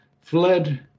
fled